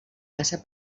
passa